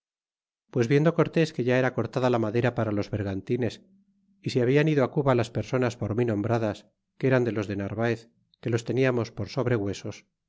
pues viendo cortés que ya era cortada la madera para los vergantines y se habian ido cuba las personas por int nombradas que eran de los de narvaez que los teniamos por sobre huesos